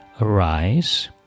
arise